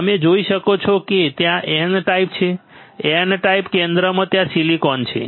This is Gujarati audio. તમે જોઈ શકો છો કે ત્યાં N ટાઈપ છે N ટાઈપ કેન્દ્રમાં ત્યાં સિલિકોન છે